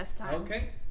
Okay